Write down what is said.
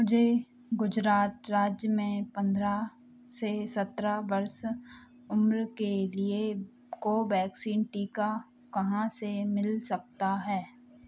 मुझे गुजरात राज्य में पंद्रह स सत्रह वर्ष उम्र के लिए कोवैक्सीन टीका कहाँ से मिल सकता है